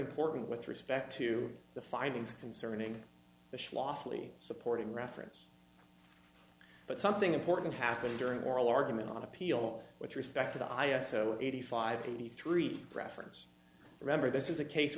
important with respect to the findings concerning the lawfully supporting reference but something important happened during oral argument on appeal with respect to the i s o eighty five eighty three reference remember this is a case